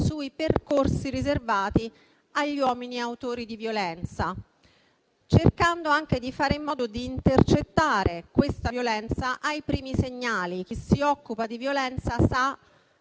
sui percorsi riservati agli uomini autori di violenza, cercando anche di fare in modo di intercettarla ai primi segnali. Chi se ne sa che è falsa